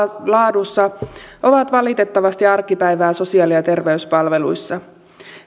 laadussa ovat valitettavasti arkipäivää sosiaali ja terveyspalveluissa